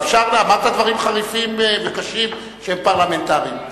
אמרת דברים חריפים וקשים, שהם פרלמנטריים.